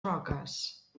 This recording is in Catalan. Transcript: roques